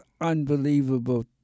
unbelievable